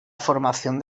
formación